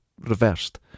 reversed